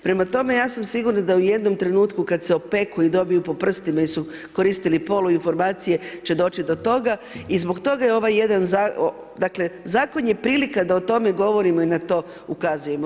Prema tome, ja sam sigurna, da u jednom trenutku, kada se opeku i dobiju po prstima jer su koristili poluinformacije će doći do toga i zbog toga je ovaj jedan zakon, dakle, zakon je prilika da o tome govorimo i na to ukazujemo.